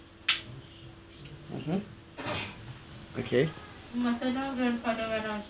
mmhmm okay